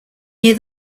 near